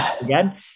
again